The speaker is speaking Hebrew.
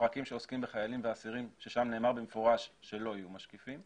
לפרקים שעוסקים בחיילים ואסירים ששם נאמר במפורש שלא יהיו משקיפים,